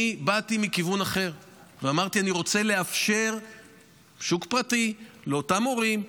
אני באתי מכיוון אחר ואמרתי: אני רוצה לאפשר שוק פרטי לאותם הורים.